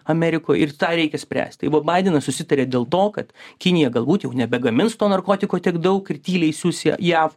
amerikoj ir tą reikia spręst tai va baidenas susitarė dėl to kad kinija galbūt jau nebegamins to narkotiko tiek daug ir tyliai siųs į jav